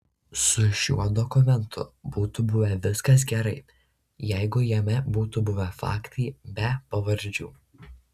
su šiuo dokumentu būtų buvę viskas gerai jeigu jame būtų buvę faktai be pavardžių